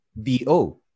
D-O